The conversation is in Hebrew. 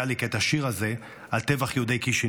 את השיר הזה על טבח יהודי קישינב.